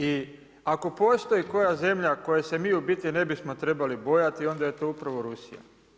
I ako postoji koja zemlja koje se mi u biti ne bismo trebali bojati onda je to upravo Rusija.